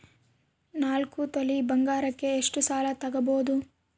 ನಾಲ್ಕು ತೊಲಿ ಬಂಗಾರಕ್ಕೆ ಎಷ್ಟು ಸಾಲ ತಗಬೋದು?